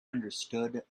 understood